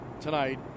tonight